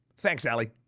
thanks yeah ali!